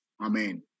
Amen